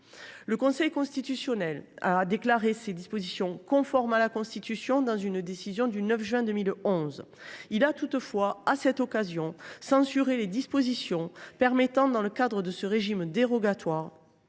Le Conseil constitutionnel a déclaré ces dispositions conformes à la Constitution dans une décision du 9 juin 2011. À cette occasion, il a toutefois censuré les dispositions permettant, dans le cadre de ce régime dérogatoire,